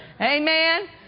Amen